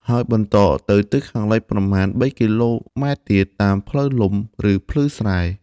ហើយបន្តទៅទិសខាងលិចប្រមាណ ៣ គីឡូម៉ែត្រទៀត តាមផ្លូវលំ ឬភ្លឺស្រែ។